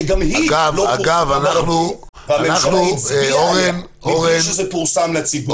שגם היא לא פורסמה והממשלה הצביעה עליה מבלי שזה פורסם לציבור.